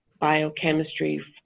biochemistry